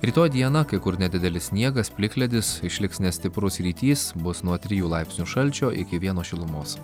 rytoj dieną kai kur nedidelis sniegas plikledis išliks nestiprus rytys bus nuo trijų laipsnių šalčio iki vieno šilumos